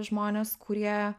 žmonės kurie